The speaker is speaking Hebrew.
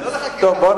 לא לחקירה.